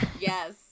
Yes